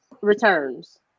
returns